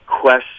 question